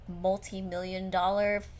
Multi-million-dollar